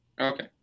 Okay